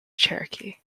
cherokee